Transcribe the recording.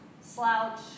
slouch